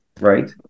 Right